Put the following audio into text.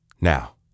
Now